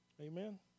Amen